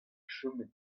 chomet